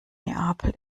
neapel